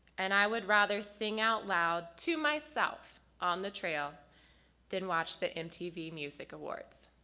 and i would rather sing out-loud to myself on the trail than watch the mtv music awards.